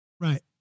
Right